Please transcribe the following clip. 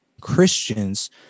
Christians